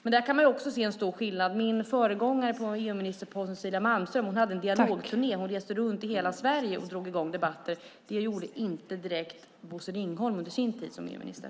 Men där kan man också se en stor skillnad. Min föregångare på EU-ministerposten, Cecilia Malmström, hade en dialogturné. Hon reste runt i hela Sverige och drog i gång debatter. Det gjorde inte direkt Bosse Ringholm under sin tid som EU-minister.